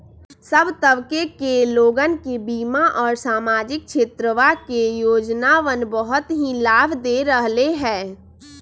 सब तबके के लोगन के बीमा और सामाजिक क्षेत्रवा के योजनावन बहुत ही लाभ दे रहले है